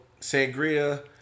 sangria